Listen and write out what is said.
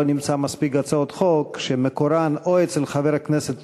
לא נמצא מספיק הצעות חוק שמקורן או אצל חבר כנסת